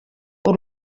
uru